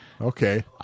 okay